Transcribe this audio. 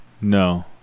No